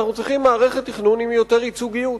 אנחנו צריכים מערכת תכנון עם יותר ייצוגיות,